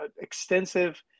extensive